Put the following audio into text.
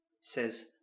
says